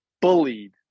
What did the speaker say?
bullied